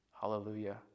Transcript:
hallelujah